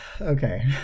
Okay